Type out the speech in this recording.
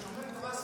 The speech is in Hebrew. שומרי תורה ספרדים.